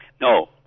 No